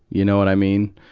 you know what i mean?